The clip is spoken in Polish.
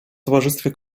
towarzystwie